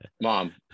Mom